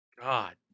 God